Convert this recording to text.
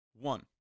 One